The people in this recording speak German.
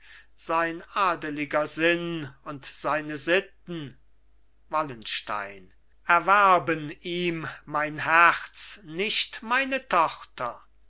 sein adeliger sinn und seine sitten wallenstein erwerben ihm mein herz nicht meine tochter